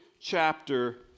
chapter